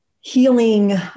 Healing